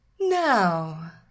Now